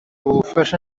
ubufasha